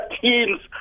teams